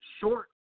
short